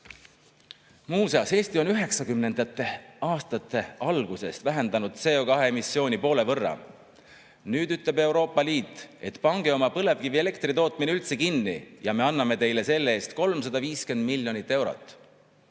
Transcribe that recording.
Muuseas, Eesti on 1990. aastate algusest vähendanud CO2emissiooni poole võrra. Nüüd ütleb Euroopa Liit, et pange oma põlevkivielektri tootmine üldse kinni ja me anname teile selle eest 350 miljonit eurot.